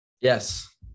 Yes